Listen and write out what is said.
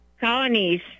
Colonies